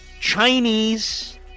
Chinese